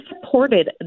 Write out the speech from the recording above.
supported